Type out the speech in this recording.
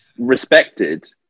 Respected